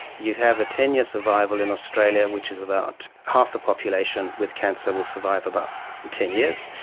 you have a ten year survival in australia, which is about half the population with cancer will survive about ten years.